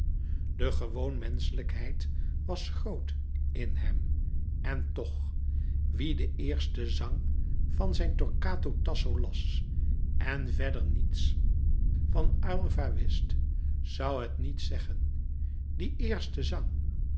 die gewoon menschelijkheid was groot in hem en toch wie den eersten zang van zijn torquato tasso las en verder niets van aylva wist zoû het niet zeggen die eerste zang